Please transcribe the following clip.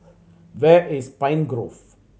where is Pine Grove